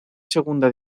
segunda